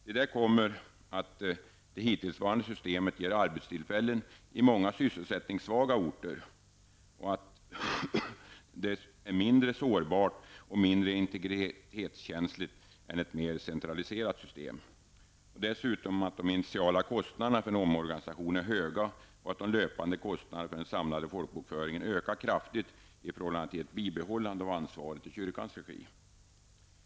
Till detta kommer att det hittillsvarande systemet ger arbetstillfällen i många sysselsättningssvaga orter och att det är mindre sårbart och mindre integritetskänsligt än ett mer centraliserat system. De initiala kostnaderna för en omorganisation är höga och de löpande kostnaderna för den samlade bokföringen ökar kraftigt i förhållande till ett bibehållande av ansvaret i kyrkans regi.